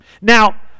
Now